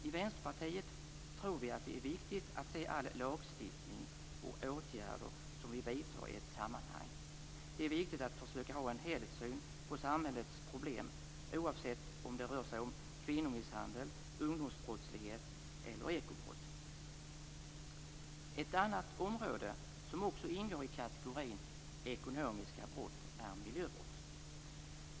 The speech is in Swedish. I Vänsterpartiet tror vi att det är viktigt att se all lagstiftning och alla åtgärder som vi vidtar i ett sammanhang. Det är viktigt att försöka ha en helhetssyn på samhällets problem, oavsett om det rör sig om kvinnomisshandel, ungdomsbrottslighet eller ekobrott. Ett annat område som också ingår i kategorin ekonomiska brott är miljöbrott.